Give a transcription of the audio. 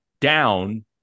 down